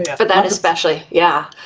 yeah for that, especially, yeah.